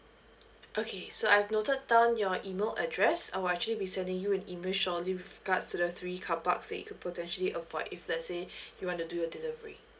okay so I've noted down your email address I will actually be sending you an email shortly with regards to the three carparks that you could potentially avoid if let's say you want to do your delivery